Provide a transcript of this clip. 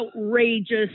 outrageous